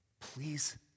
please